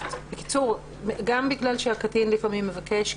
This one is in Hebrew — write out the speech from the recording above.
גם בגלל שהקטין לפעמים מבקש,